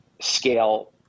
scale